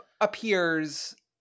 appears